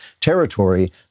territory